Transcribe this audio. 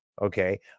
Okay